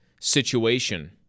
situation